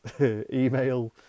email